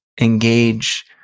engage